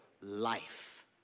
life